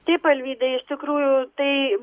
taip alvyda iš tikrųjų tai